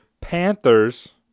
Panthers